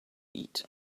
eat